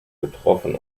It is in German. getroffen